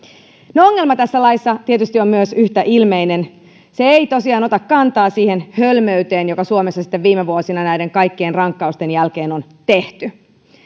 no ongelma tässä laissa tietysti on myös yhtä ilmeinen se ei tosiaan ota kantaa siihen hölmöyteen joka suomessa sitten viime vuosina näiden kaikkien rankkausten jälkeen on tehty